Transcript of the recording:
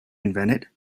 invented